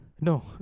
No